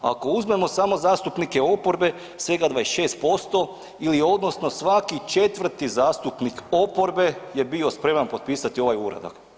Ako uzmemo samo zastupnike oporbe svega 26% ili odnosno svaki 4. zastupnik oporbe je bio spreman potpisati ovaj uradak.